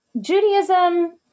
Judaism